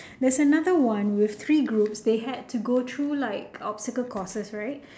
there's another one with three groups they had to go through like obstacle courses right